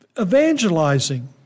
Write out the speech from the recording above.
Evangelizing